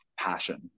passion